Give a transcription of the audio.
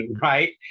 right